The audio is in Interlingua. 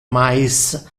mais